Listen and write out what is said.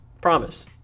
Promise